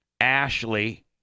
Ashley